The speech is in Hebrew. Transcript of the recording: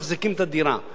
והערך שלה עולה,